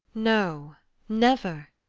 no never,